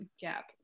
Gap